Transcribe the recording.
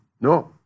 no